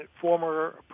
former